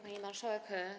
Pani Marszałek!